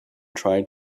trying